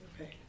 Okay